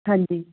ਹਾਂਜੀ